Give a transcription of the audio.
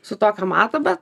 su tokiu mato bet